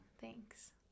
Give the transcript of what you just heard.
thanks